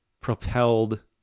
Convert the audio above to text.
propelled